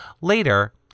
later